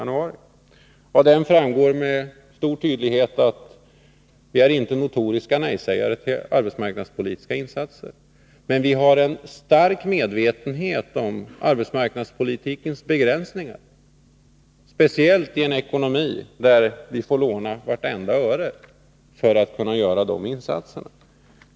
Av den motionen framgår med all tydlighet att vi inte är notoriska nej-sägare när det gäller arbetsmarknadspolitiska insatser. Men vi har en stark medvetenhet om arbetsmarknadspolitikens begränsningar, speciellt i en ekonomi där vi får låna vartenda öre för att kunna göra de arbetsmarknadspolitiska insatserna.